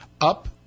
up